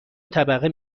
طبقه